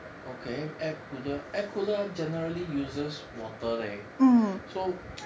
okay air cooler air cooler generally uses water leh so